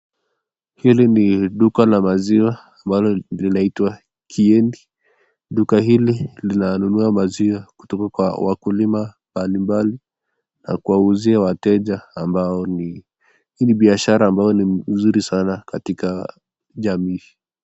Hili ni duka la maziwa ambalo inaitwa kiendi duka hili inanunua maziwa Kutoka wkulima mbalimbali na kuwauzia wateja ambao ni ,hii ni biashara ambayo ni mzuri katika jamii.